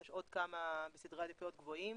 יש עוד כמה בסדרי עדיפויות גבוהים,